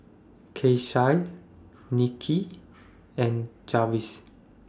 Keisha Nikki and Jarvis